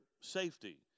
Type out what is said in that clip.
safety